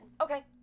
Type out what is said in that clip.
Okay